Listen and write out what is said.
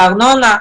על הארנונה,